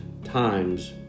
Times